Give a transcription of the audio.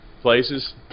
places